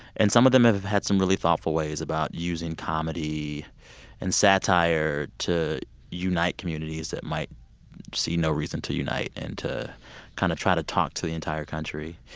and some of them have had some really thoughtful ways about using comedy and satire to unite communities that might see no reason to unite and to kind of try to talk to the entire country.